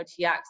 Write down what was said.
OTX